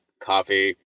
coffee